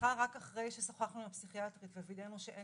רק אחרי ששוחחנו עם הפסיכיאטרית ווידאנו שאין